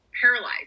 paralyzed